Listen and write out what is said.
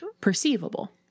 perceivable